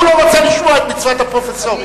הוא לא רוצה לשמוע את מצוות הפרופסורים.